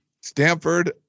Stanford